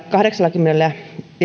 kahdeksallakymmenellä